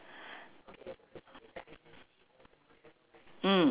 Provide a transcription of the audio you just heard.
mm